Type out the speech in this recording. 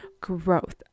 growth